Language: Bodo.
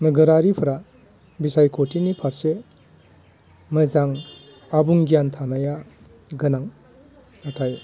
नोगोरारिफोरा बिसायखथिनि फारसे मोजां आबुं गियान थानाय गोनां नाथाय